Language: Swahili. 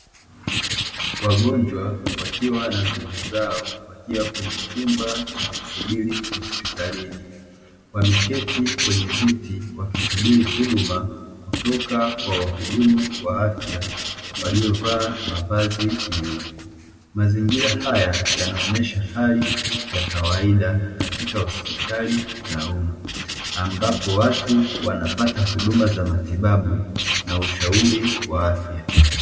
Wagonjwa wakiwa na ndugu zao wakiwa kwenye chumba cha kusubiri hospitalini, wameketi kwenye viti wakisubiri huduma kutoka kwa wahudumu wa afya waliovaa mavazi nyeupe. Mazingira haya yanaonyesha hali ya kawaida katika hospitali za umma ambapo watu wanapata huduma za matibabu na ushauri wa afya.